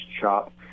shop